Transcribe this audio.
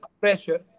pressure